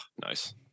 nice